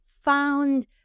found